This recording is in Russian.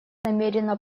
намерена